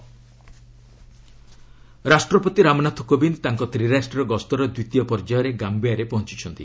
president ରାଷ୍ଟ୍ରପତି ରାମନାଥ କୋବିନ୍ଦ ତାଙ୍କ ତ୍ରିରାଷ୍ଟ୍ରୀୟ ଗସ୍ତର ଦ୍ୱିତୀୟ ପର୍ଯ୍ୟାୟରେ ଗାମ୍ପିଆରେ ପହଞ୍ଚଛନ୍ତି